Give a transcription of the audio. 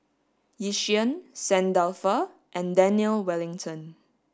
Yishion Saint Dalfour and Daniel Wellington